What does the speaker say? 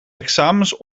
examens